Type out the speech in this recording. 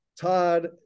Todd